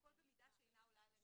"...והכל במידה שאינה עולה על הנדרש".